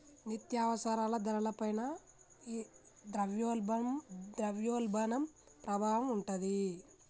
నిత్యావసరాల ధరల పైన ఈ ద్రవ్యోల్బణం ప్రభావం ఉంటాది